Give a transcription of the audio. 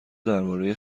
درباره